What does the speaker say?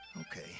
Okay